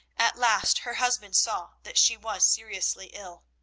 at last her husband saw that she was seriously ill,